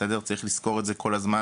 צריך לזכור את זה כל הזמן.